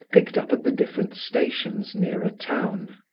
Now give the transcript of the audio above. picked up at the different stations nearer town.